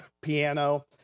piano